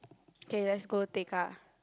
K let's go Tekka